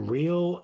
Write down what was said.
real